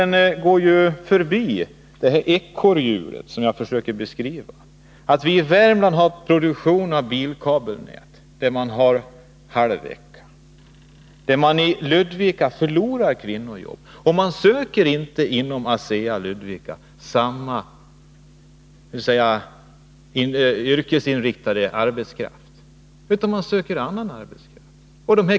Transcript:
Jag försökte beskriva det ekorrhjul som vi är inne i. Vi har i Värmland produktion av bilkabelnät. Där har införts halv arbetsvecka. I Ludvika förlorar man kvinnojobb, och man söker inte inom ASEA yrkesinriktad arbetskraft utan annan arbetskraft.